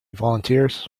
volunteers